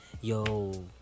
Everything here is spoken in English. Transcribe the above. yo